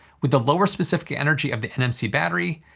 with the lower specific energy of the nmc battery,